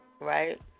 Right